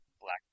Black